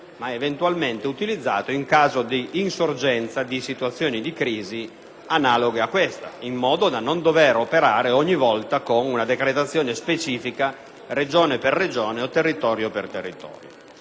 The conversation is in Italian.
auguriamo mai - utilizzato in caso di insorgenza di situazioni di crisi analoghe, in modo da non dover operare ogni volta con una decretazione specifica regione per regione o territorio per territorio,